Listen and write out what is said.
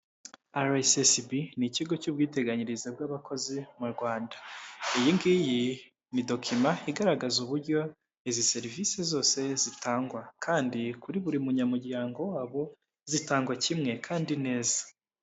RSSB ni ikigo cy'ubwiteganyirize bw'abakozi mu Rwanda, iyingiyi ni dokima igaragaza uburyo izi serivisi zose zitangwa kandi kuri buri munyamuryango wabo, zitangwa kimwe kandi neza.